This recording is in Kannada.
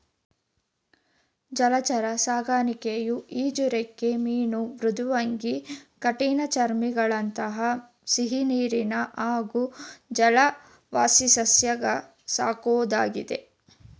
ಜಲಚರ ಸಾಕಣೆಯು ಈಜುರೆಕ್ಕೆ ಮೀನು ಮೃದ್ವಂಗಿ ಕಠಿಣಚರ್ಮಿಗಳಂಥ ಸಿಹಿನೀರಿನ ಹಾಗೂ ಜಲವಾಸಿಸಸ್ಯ ಸಾಕೋದಾಗಿದೆ